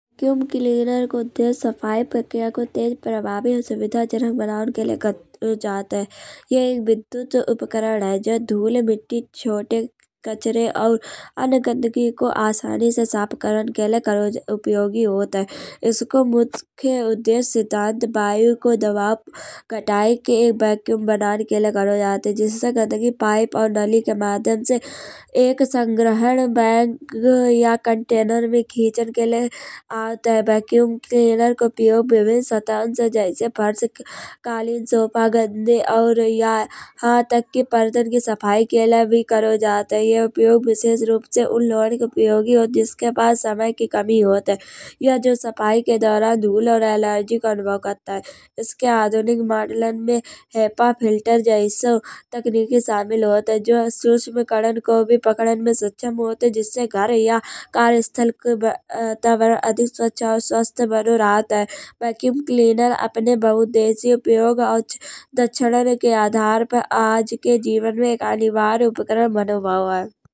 Vacuum cleaner को उद्देश्य सफाई प्रक्रिया को तेज प्रभावी और सुविधाजनक बनान के लिए करौ जात है। यह एक विद्युत उपकरण है जो धूल मिट्टी छोटे कचरे और अन्य गंदगी को आसानी से साफ करन के लिए उपयोगी होत है। इसको मुख्य उद्देश्य वायु को दबाव घटाके वैक्क्युम बनान के लिए करौ जात है। जिससे गंदगी पाइप और नाली के माध्यम से एक संग्रहद बैंक या कंटेनर में खीचन के लिए आत है। वैक्युम क्लीनर को उपयोग विविध सतहन से जैसे फर्श कालीन सोफा गंदे और या यहां तक के पर्दन के सफाई के लिए भी करौ जात है। यह उपयोग विशेषरूप से उन लोगन के लिए उपयोगी होत जिंके पास समय की कमी होत है। यह जो सफाई के दौरान धूल और एलर्जी को अनुभव करत है। इसके आधुनिक मॉडलन में हिपहॉप फिल्टर जैसो तकनीकी शामिल होत है। जो सूक्ष्म कड़न को भी पकड़न में सक्षम होत है जिससे घर या कार्यस्थल को वातावरण अधिक स्वच्छ और स्वस्थ बनो रहत है। वैक्क्युम क्लीनर अपने बहु उद्देशीय और दक्षिदान के आधार पर आज के जीवन में एक अनिवार्य उपकरण बनो भयो है।